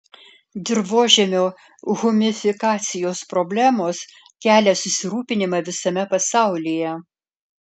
dirvožemio humifikacijos problemos kelia susirūpinimą visame pasaulyje